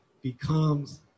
becomes